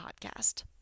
podcast